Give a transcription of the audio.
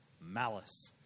malice